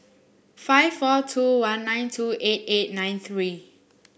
five four two one nine two eight eight nine three